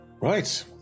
Right